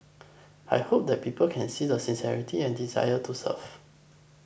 I hope that people can see the sincerity and the desire to serve